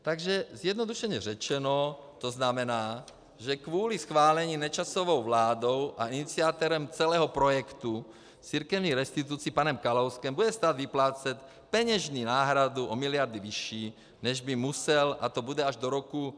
Takže zjednodušeně řečeno to znamená, že kvůli schválení Nečasovou vládou a iniciátorem celého projektu církevních restitucí panem Kalouskem bude stát vyplácet peněžní náhradu o miliardy vyšší, než by musel, a to bude až do roku 2043.